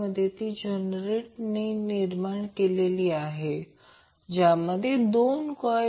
मग सरळ करा हा रियल भाग मिळेल आणि हा इमेजनरी भाग मिळेल